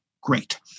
great